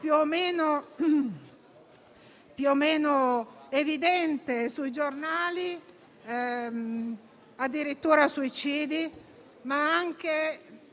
Sono passati molti mesi dal primo scostamento di bilancio ed è impressionante pensare a quello che è accaduto in questo lasso di tempo, non solo in Italia, ma nel mondo.